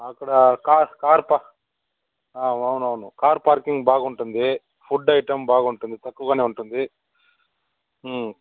అక్కడ car car park అవునవును car parking బాగుంటుంది ఫుడ్ ఐటమ్ బాగుంటుంది తక్కువగానే ఉంటుంది